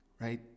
right